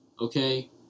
okay